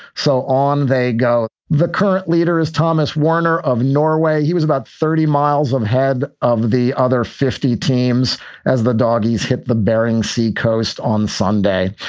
so on they go. the current leader is thomas worner of norway. he was about thirty miles ahead of the other fifty teams as the doggies hit the bering sea coast on sunday.